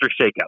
shakeup